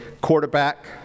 Quarterback